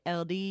ld